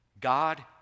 God